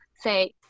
say